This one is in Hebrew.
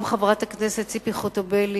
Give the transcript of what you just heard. גם חברת הכנסת ציפי חוטובלי,